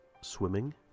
swimming